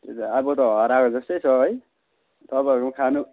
त्यो त अब त हराएको जस्तै छ है तपाईँहरकोमा खानु